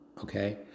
Okay